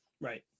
Right